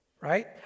Right